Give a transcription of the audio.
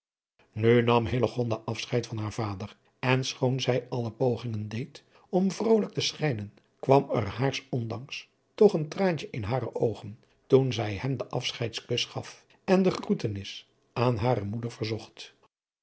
nu nam hillegonda afscheid van haar vader en schoon zij alle pogingen deed om vrolijk te schijnen kwam er haars ondanks toch een traantje in hare oogen toen zij hem den adriaan loosjes pzn het leven van hillegonda buisman afscheidskus gaf en de groetenis aan hare moeder verzocht